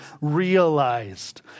realized